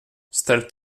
starp